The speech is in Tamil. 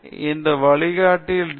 எனவே இந்த வழியில் நாங்கள் டி